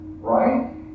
right